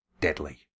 deadly